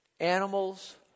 animals